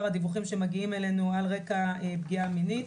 הדיווחים שמגיעים אלינו על רקע פגיעה מינית.